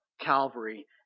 Calvary